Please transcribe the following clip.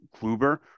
Kluber